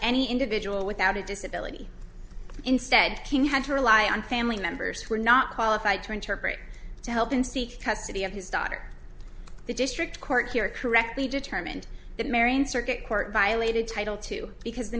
any individual without a disability instead he had to rely on family members who are not qualified to interpret to help him seek custody of his daughter the district court here correctly determined that marion circuit court violated title two because the